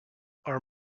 are